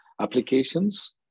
applications